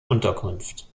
unterkunft